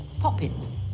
Poppins